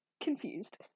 Confused